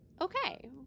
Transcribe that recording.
Okay